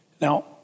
Now